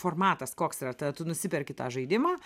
formatas koks yra tu nusiperki tą žaidimą